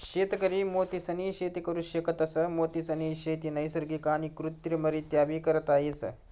शेतकरी मोतीसनी शेती करु शकतस, मोतीसनी शेती नैसर्गिक आणि कृत्रिमरीत्याबी करता येस